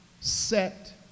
set